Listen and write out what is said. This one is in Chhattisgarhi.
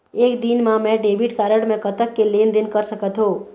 एक दिन मा मैं डेबिट कारड मे कतक के लेन देन कर सकत हो?